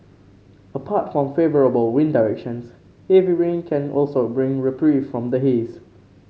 apart from favourable wind directions heavy rain can also bring reprieve from the haze